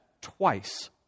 twice